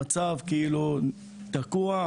המצב כאילו תקוע,